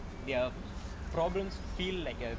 their problems feel like a